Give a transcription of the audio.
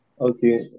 Okay